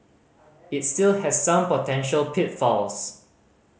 it still has some potential pitfalls